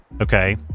Okay